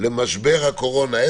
למשבר הקורונה, בבקשה.